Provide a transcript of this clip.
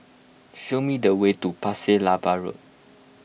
show me the way to Pasir Laba Road